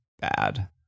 bad